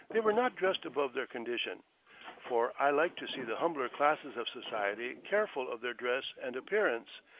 they were not dressed above their condition for i like to see the humbler classes of society careful of their dress and appearance,